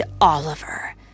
Oliver